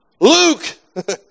Luke